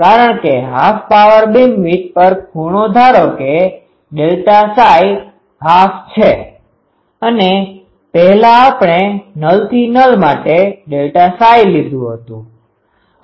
કારણ કે half power beamwidth પર ખૂણો ધારો કે 12 છે અને પહેલા આપણે નલથી નલ માટે ΔΨ લીધું હતું